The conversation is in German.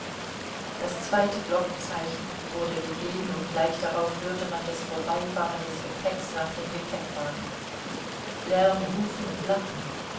das zweite glockenzeichen wurde gegeben und gleich darauf hörte man das vorbeifahren des gepäcks nach dem gepäckwagen lärm rufen und lachen